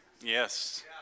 Yes